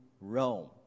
Rome